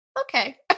okay